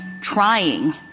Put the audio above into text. trying